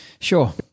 Sure